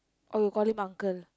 or you'll call him uncle